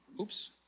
Oops